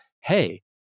Hey